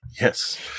Yes